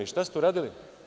I šta ste uradili?